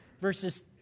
verses